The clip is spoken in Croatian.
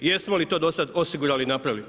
Jesmo li to do sada osigurali i napravili?